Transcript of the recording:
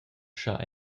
schar